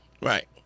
Right